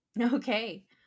Okay